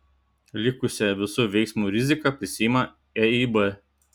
likusią visų veiksmų riziką prisiima eib